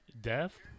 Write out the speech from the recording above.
Death